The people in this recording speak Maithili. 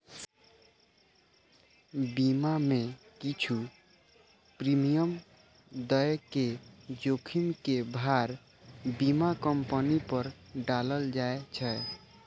बीमा मे किछु प्रीमियम दए के जोखिम के भार बीमा कंपनी पर डालल जाए छै